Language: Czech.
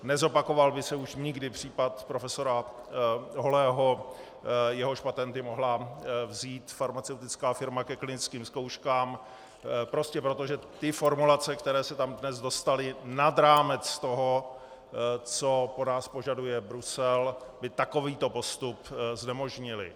Nezopakoval by se už nikdy případ profesora Holého, jehož patenty mohla vzít farmaceutická firma ke klinickým zkouškám, prostě proto, že ty formulace, které se tam dnes dostaly nad rámec toho, co po nás požaduje Brusel, by takovýto postup znemožnily.